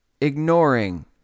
ignoring